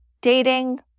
dating